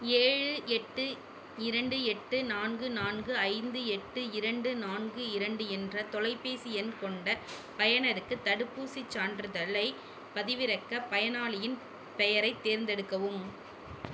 ஏழு எட்டு இரண்டு எட்டு நான்கு நான்கு ஐந்து எட்டு இரண்டு நான்கு இரண்டு என்ற தொலைபேசி எண் கொண்ட பயனருக்கு தடுப்பூசி சான்றிதழை பதிவிறக்க பயனாளியின் பெயரை தேர்ந்தெடுக்கவும்